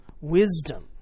Wisdom